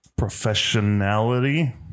professionality